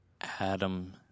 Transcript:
Adam